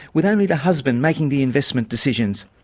with only the husband making the investment decisions.